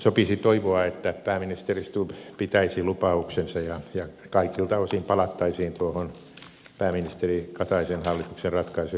sopisi toivoa että pääministeri stubb pitäisi lupauksensa ja kaikilta osin palattaisiin tuohon pääministeri kataisen hallituksen ratkaisuja edeltäneeseen tasoon